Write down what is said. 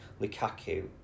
Lukaku